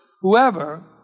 whoever